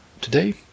Today